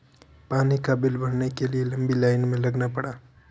पानी का बिल भरने के लिए लंबी लाईन में लगना पड़ा